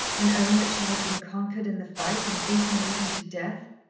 and own that she had been conquered in the fight and beaten even to death?